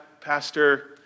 Pastor